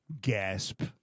gasp